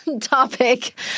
topic